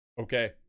okay